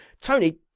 Tony